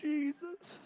Jesus